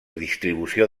distribució